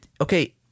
Okay